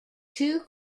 two